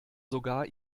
sogar